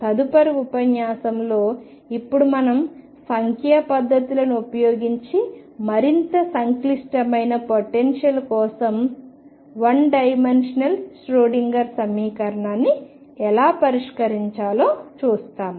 తదుపరి ఉపన్యాసంలో ఇప్పుడు మనం సంఖ్యా పద్ధతులను ఉపయోగించి మరింత సంక్లిష్టమైన పొటెన్షియల్స్ కోసం 1D ష్రోడింగర్ సమీకరణాన్ని ఎలా పరిష్కరించాలో చూస్తాము